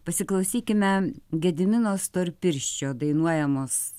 pasiklausykime gedimino storpirščio dainuojamos